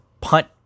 Punt